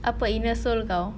apa inner soul kau